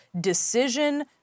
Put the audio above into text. decision